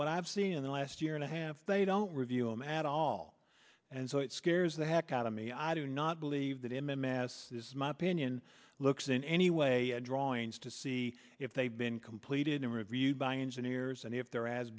what i have seen in the last year and a half they don't review him at all and so it scares the heck out of me i do not believe that im in mass my opinion looks in any way at drawings to see if they've been completed and reviewed by engineers and if there